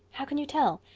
how can you tell?